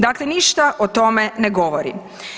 Dakle ništa o tome ne govori.